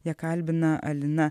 ją kalbina alina